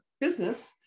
business